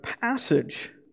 passage